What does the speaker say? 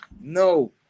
No